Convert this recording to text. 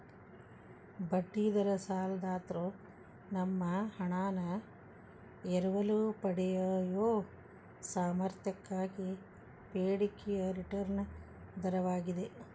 ಬಡ್ಡಿ ದರ ಸಾಲದಾತ್ರು ತಮ್ಮ ಹಣಾನ ಎರವಲು ಪಡೆಯಯೊ ಸಾಮರ್ಥ್ಯಕ್ಕಾಗಿ ಬೇಡಿಕೆಯ ರಿಟರ್ನ್ ದರವಾಗಿದೆ